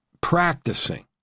practicing